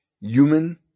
human